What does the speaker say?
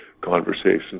conversations